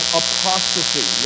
apostasy